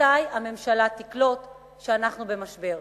מתי הממשלה תקלוט שאנחנו במשבר,